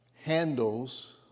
handles